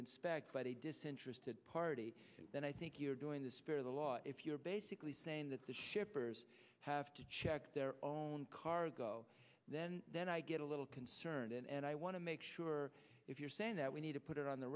inspect but a disinterested party then i think you're doing this for the law if you're basically saying that the shippers have to check their own cargo then then i get a little concerned and i want to make sure if you're saying that we need to put it on the